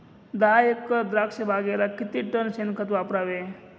दहा एकर द्राक्षबागेला किती टन शेणखत वापरावे?